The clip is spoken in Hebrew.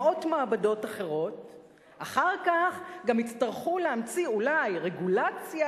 אחר כך גם יצטרכו להמציא אולי רגולציה,